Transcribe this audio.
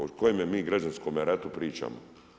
O kojemu mi građanskome ratu pričamo?